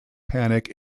panic